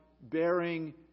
bearing